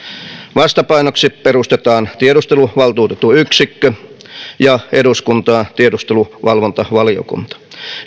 vastapainoksi perustetaan tiedusteluvaltuutetun yksikkö ja eduskuntaan tiedusteluvalvontavaliokunta